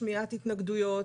שמיעת התנגדויות,